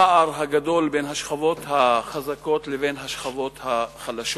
הפער הגדול בין השכבות החזקות לבין השכבות החלשות.